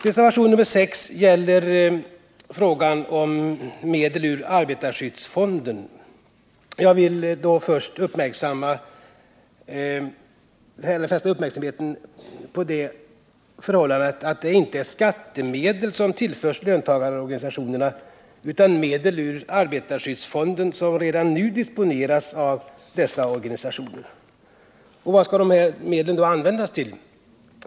Reservationen 6 gäller frågan om medel till forskningsändamål ur arbetarskyddsfonden. Jag vill först fästa uppmärksamheten på det förhållandet att det inte är skattemedel som tillförs löntagarorganisationerna i detta sammanhang utan medel ur arbetarskyddsfonden, som redan nu disponeras av dessa organisationer. Vad skall då dessa medel användas till?